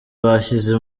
bashyize